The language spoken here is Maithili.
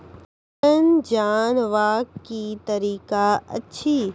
विवरण जानवाक की तरीका अछि?